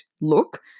look